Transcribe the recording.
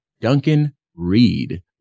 Duncan-Reed